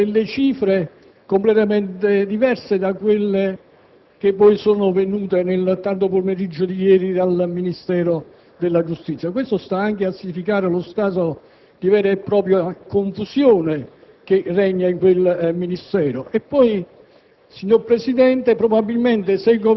ha fornito delle cifre completamente diverse da quelle che poi sono pervenute nel tardo pomeriggio di ieri dal Ministero della giustizia; ciò sta a significare lo stato di vera e propria confusione che regna in quel Ministero.